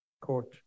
court